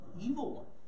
evil